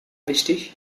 wichtig